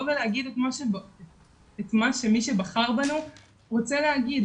ולהגיד את מה שמי שבחר בנו רוצה להגיד,